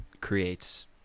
creates